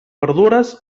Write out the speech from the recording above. verdures